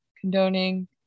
condoning